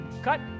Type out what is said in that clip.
Cut